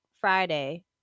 Friday